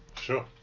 Sure